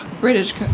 British